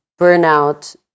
burnout